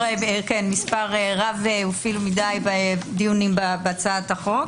מספר רב של דיונים בהצעת החוק.